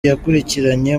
yakurikiranye